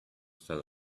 fell